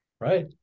Right